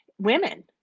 women